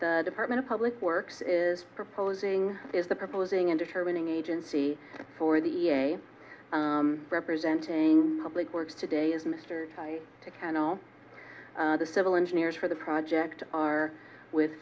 the department of public works is proposing is the proposing in determining agency for the representing public works today is mr to count all the civil engineers for the project are with